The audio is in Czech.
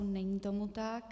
Není tomu tak.